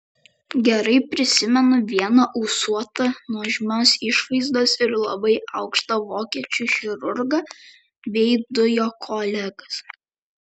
gerai prisimenu vieną ūsuotą nuožmios išvaizdos ir labai aukštą vokiečių chirurgą bei du jo kolegas